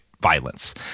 violence